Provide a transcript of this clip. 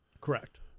Correct